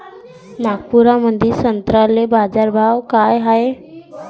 नागपुरामंदी संत्र्याले बाजारभाव काय हाय?